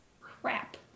Crap